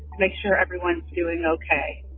make sure everyone's doing ok.